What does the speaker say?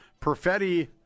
Perfetti